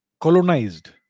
colonized